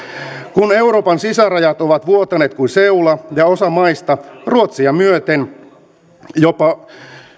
kun euroopan sisärajat ovat vuotaneet kuin seula ja osa maista ruotsia myöten on jopa